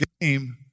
game